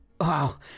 Wow